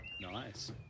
Nice